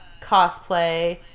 cosplay